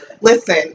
Listen